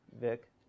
Vic